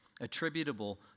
attributable